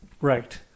Right